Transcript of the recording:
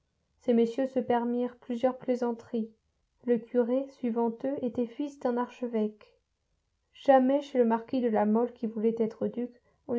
ces messieurs se permirent plusieurs plaisanteries le curé suivant eux était fils d'un archevêque jamais chez le marquis de la mole qui voulait être duc